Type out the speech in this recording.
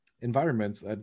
environments